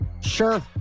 Sure